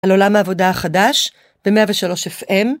על עולם העבודה החדש במאה ושלוש אף אם.